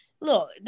look